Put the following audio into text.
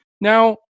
Now